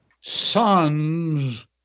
sons